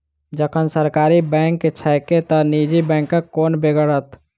जखन सरकारी बैंक छैके त निजी बैंकक कोन बेगरता?